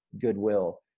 goodwill